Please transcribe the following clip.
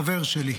חבר שלי.